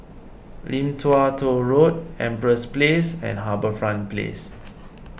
Lim Tua Tow Road Empress Place and HarbourFront Place